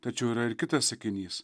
tačiau yra ir kitas sakinys